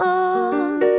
on